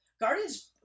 Guardians